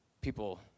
people